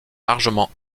largement